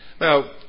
Now